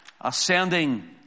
ascending